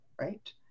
right